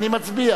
אני מצביע